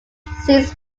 scenes